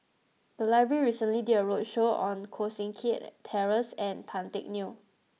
the library recently did a roadshow on Koh Seng Kiat Terence and Tan Teck Neo